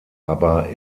aber